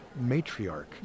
matriarch